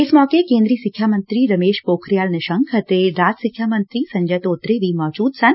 ਇਸ ਮੌਕੇ ਕੇਦਰੀ ਸਿੱਖਿਆ ਮੰਤਰੀ ਰਮੇਸ਼ ਪੋਖਰਿਆਲ ਨਿਸ਼ੰਕ ਅਤੇ ਰਾਜ ਸਿੱਖਿਆ ਮੰਤਰੀ ਸੰਜੈ ਧੋਤਰੇ ਵੀ ਮੌਜੁਦ ਸਨ